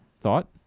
thought